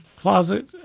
closet